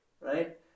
right